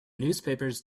newspapers